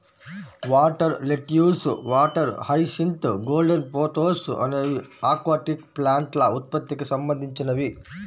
water lettuce, water hyacinth, golden pothos అనేవి aquatic ప్లాంట్ల ఉత్పత్తికి సంబంధించినవి